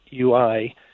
UI